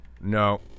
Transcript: No